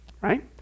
Right